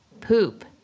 poop